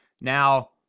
now